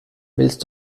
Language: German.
willst